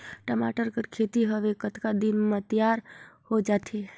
टमाटर कर खेती हवे कतका दिन म तियार हो जाथे?